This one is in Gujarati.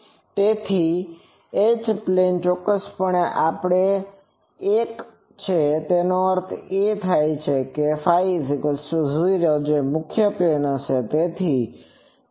તેથી એચ પ્લેન ચોક્કસપણે અન્ય એક છે એનો અર્થ એ કે ɸ 0 જેટલું મુખ્ય પ્લેન છે